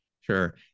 Sure